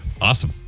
Awesome